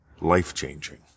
Life-changing